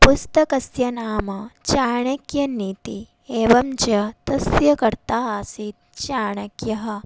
पुस्तकस्य नाम चाणक्यनीतिः एवं च तस्य कर्ता आसीत् चाणक्यः